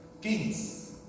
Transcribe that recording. Kings